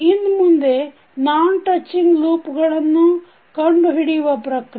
ಇನ್ಮುಂದೆ non touching ಲೂಪ್ಗಳನ್ನು ಕಂಡು ಹಿಡಿಯುವ ಪ್ರಕ್ರಿಯೆ